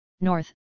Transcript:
north